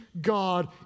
God